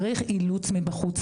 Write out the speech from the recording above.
צריך אילוץ מבחוץ.